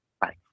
Bye